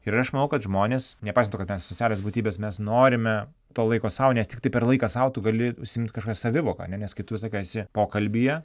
ir aš manau kad žmonės nepaisant to kad socialios būtybės mes norime to laiko sau nes tiktai per laiką sau tu gali užsiimt kažkokia savivoka ane nes kai tu visą laiką esi pokalbyje